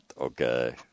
Okay